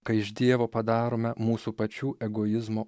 kai iš dievo padarome mūsų pačių egoizmo